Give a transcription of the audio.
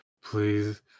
please